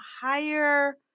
higher